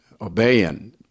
obeying